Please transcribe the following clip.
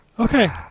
Okay